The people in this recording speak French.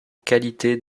qualité